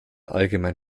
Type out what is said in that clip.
allgemein